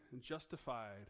justified